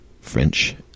French